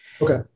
Okay